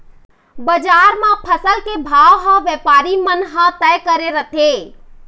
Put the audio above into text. बजार म फसल के भाव ह बेपारी मन ह तय करे रथें